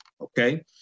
Okay